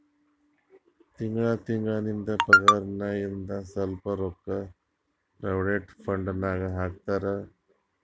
ತಿಂಗಳಾ ತಿಂಗಳಾ ನಿಂದ್ ಪಗಾರ್ನಾಗಿಂದ್ ಸ್ವಲ್ಪ ರೊಕ್ಕಾ ಪ್ರೊವಿಡೆಂಟ್ ಫಂಡ್ ನಾಗ್ ಹಾಕ್ತಾರ್